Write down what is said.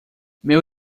meu